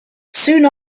soon